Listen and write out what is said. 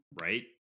right